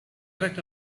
erect